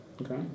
Okay